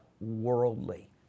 worldly